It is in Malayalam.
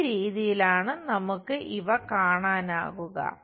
ഈ രീതിയിലാണ് നമുക്ക് ഇവ കാണാനാവുക